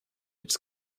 its